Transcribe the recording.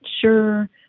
sure